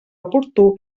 oportú